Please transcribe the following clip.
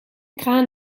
kraan